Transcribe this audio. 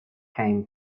came